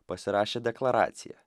pasirašė deklaraciją